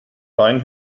rein